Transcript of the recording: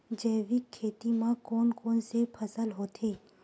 जैविक खेती म कोन कोन से फसल होथे?